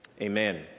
amen